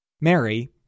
Mary